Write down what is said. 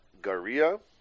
garia